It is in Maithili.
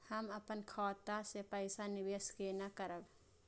हम अपन खाता से पैसा निवेश केना करब?